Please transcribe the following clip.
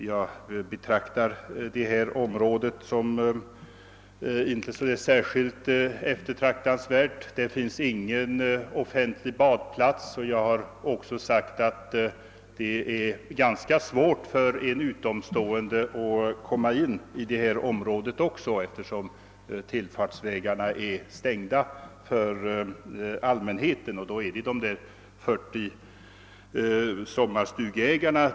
Jag anser inte att detta område är särskilt eftertraktansvärt. Det finns ingen offentlig badplats där, och som jag har sagt är det ganska svårt för en utomstående att komma in i området, eftersom tillfartsvägarna är stängda för allmänheten. Då återstår de 40 sommarstugeägarna.